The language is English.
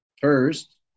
first